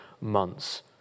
months